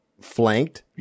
flanked